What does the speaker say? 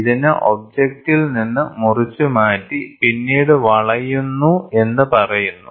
ഇതിനെ ഒബ്ജക്റ്റിൽ നിന്ന് മുറിച്ചുമാറ്റി പിന്നീട് വളയുന്നു എന്ന് പറയുന്നു